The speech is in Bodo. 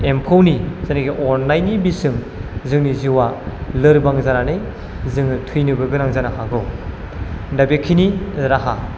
एम्फौनि जायनाखि अरनायनि बिसजों जोंनि जिउआ लोरबां जानानै जोङो थैनोबो गोनांबो जानो हागौ दा बिखिनि राहा